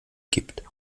gibt